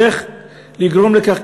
ואיך לגרום לכך,